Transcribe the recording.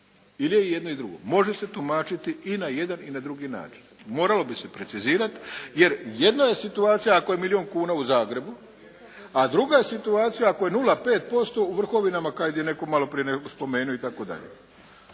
ili je jedno i drugo. Može se tumačiti i na jedan i drugi način. moralo bi se precizirati, jer jedna je situacija ako je milijun kuna u Zagrebu, a druga je situacija ako je 0,5% u Vrhovinama kada je netko malo prije spomenuo itd.